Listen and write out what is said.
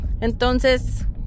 Entonces